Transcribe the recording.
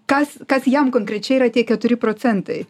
kas kas jam konkrečiai yra tie keturi procentai